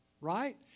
right